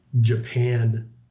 japan